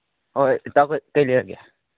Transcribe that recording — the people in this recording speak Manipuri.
ꯍꯣꯏ ꯏꯇꯥꯎꯈꯣꯏ ꯀꯩ ꯂꯩꯔꯒꯦ